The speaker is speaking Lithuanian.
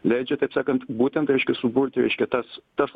leidžia taip sakant būtent reiškia suburti reiškia tas tas